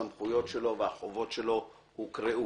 הוא הסמכות העליונה של נושא הבטיחות.